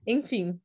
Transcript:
Enfim